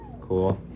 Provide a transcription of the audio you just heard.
Cool